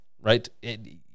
right